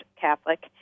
catholic